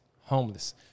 homeless